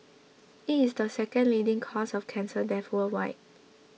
it is the second leading cause of cancer death worldwide